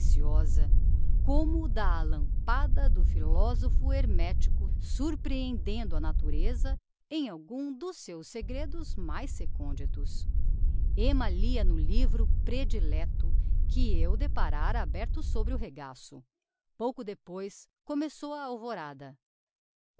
silenciosa como da alampada do philosopho hermetico surprehendendo a natureza em algum dos seus segredos mais reconditos emma lia no livro predilecto que eu deparára aberto sobre o regaço pouco depois começou a alvorada